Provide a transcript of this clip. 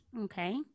Okay